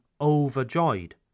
overjoyed